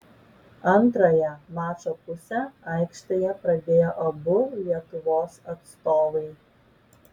antrąją mačo pusę aikštėje pradėjo abu lietuvos atstovai